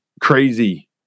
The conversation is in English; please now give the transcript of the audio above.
crazy